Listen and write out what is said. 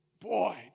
Boy